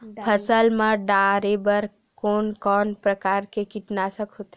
फसल मा डारेबर कोन कौन प्रकार के कीटनाशक होथे?